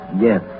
Yes